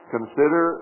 Consider